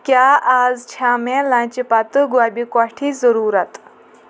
کیٛاہ آز چھا مےٚ لنٛچہٕ پتہٕ گۄبہِ کوٹھِچ ضُروٗرت